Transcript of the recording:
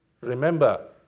Remember